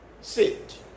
sit